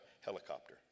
helicopter